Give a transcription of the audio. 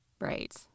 Right